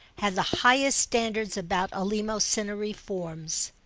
had the highest standards about eleemosynary forms.